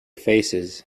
faces